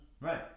Right